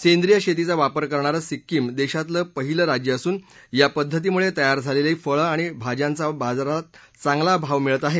सेंद्रीय शेतीचा वापर करणारं सिक्कीम देशातलं पहिलं राज्य असून ह्या पद्धतीमुळे तयार झालेल्या फळं आणि भाज्यांना बाजारात चांगला भाव मिळत आहे